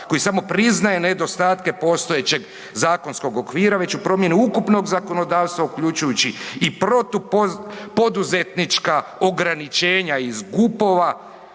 koji samo priznaje nedostatke postojećeg zakonskog okvira već u promjeni ukupnog zakonodavstva uključujući i protupoduzetnička ograničenja iz GUP-ova